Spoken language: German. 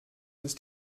ist